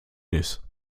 ist